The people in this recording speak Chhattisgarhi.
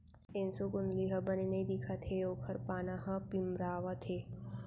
एसों गोंदली ह बने नइ दिखत हे ओकर पाना ह पिंवरावत हे